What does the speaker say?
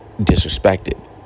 disrespected